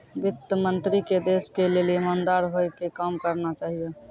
वित्त मन्त्री के देश के लेली इमानदार होइ के काम करना चाहियो